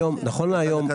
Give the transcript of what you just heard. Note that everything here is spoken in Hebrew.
בעיה.